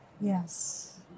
Yes